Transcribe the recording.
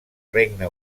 regne